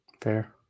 Fair